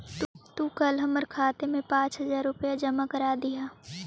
तू कल हमर खाते में पाँच हजार रुपए जमा करा दियह